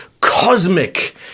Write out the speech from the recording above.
cosmic